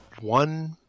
one